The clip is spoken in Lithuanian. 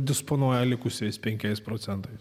disponuoja likusiais penkiais procentais